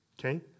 Okay